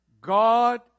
God